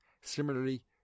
Similarly